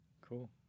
Cool